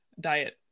diet